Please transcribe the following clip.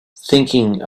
thinking